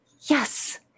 Yes